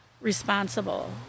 responsible